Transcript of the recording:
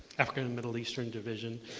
african and middle eastern division.